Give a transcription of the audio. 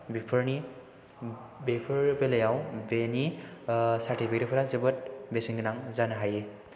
बेफोरनि बेफोर बेलायाव बेनि सार्टिफिकेटफ्रा जोबोद बेसेन गोनां जानो हायो